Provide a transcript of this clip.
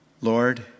Lord